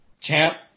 Champ